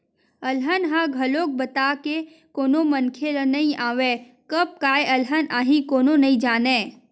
अलहन ह घलोक बता के कोनो मनखे ल नइ आवय, कब काय अलहन आही कोनो नइ जानय